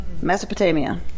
Mesopotamia